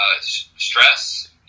stress